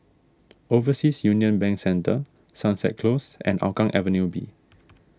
Overseas Union Bank Centre Sunset Close and Hougang Avenue B